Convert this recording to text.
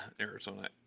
Arizona